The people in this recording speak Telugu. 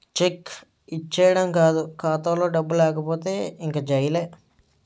చెక్ ఇచ్చీడం కాదు ఖాతాలో డబ్బులు లేకపోతే ఇంక జైలే